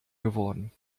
geworden